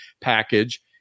package